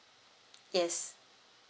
yes